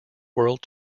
world